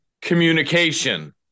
communication